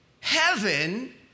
Heaven